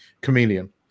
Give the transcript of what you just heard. chameleon